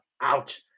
Ouch